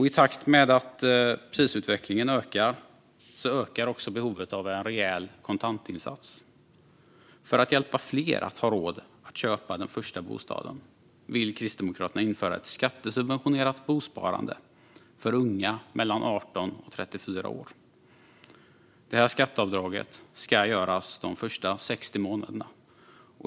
I takt med prisutvecklingen ökar också behovet av en rejäl kontantinsats. För att hjälpa fler att ha råd att köpa den första bostaden vill Kristdemokraterna införa ett skattesubventionerat bosparande för unga mellan 18 och 34 år. Skatteavdraget ska göras de första 60 månaderna.